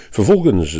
Vervolgens